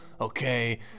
okay